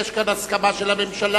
יש כאן הסכמה של הממשלה,